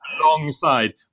alongside